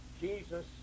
Jesus